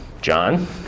John